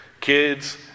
kids